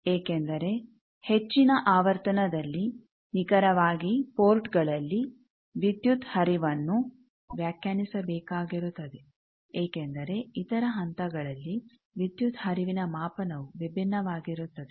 ಏಕೆಂದರೆ ಹೆಚ್ಚಿನ ಆವರ್ತನದಲ್ಲಿ ನಿಖರವಾಗಿ ಪೋರ್ಟ್ಗಳಲ್ಲಿ ವಿದ್ಯುತ್ ಹರಿವನ್ನು ವ್ಯಾಖ್ಯಾನಿಸಬೇಕಾಗಿರುತ್ತದೆ ಏಕೆಂದರೆ ಇತರ ಹಂತಗಳಲ್ಲಿ ವಿದ್ಯುತ್ ಹರಿವಿನ ಮಾಪನವು ವಿಭಿನ್ನವಾಗಿರುತ್ತದೆ